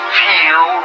feel